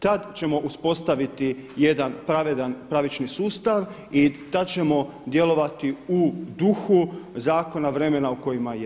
Tad ćemo uspostaviti jedan pravedan pravični sustav i tad ćemo djelovati u duhu zakona i vremena u kojima jesmo.